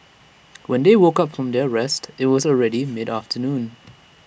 when they woke up from their rest IT was already mid afternoon